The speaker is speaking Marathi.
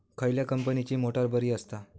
खयल्या कंपनीची मोटार बरी असता?